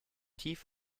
tief